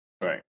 Right